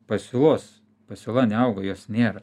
pasiūlos pasiūla neauga jos nėra